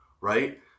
right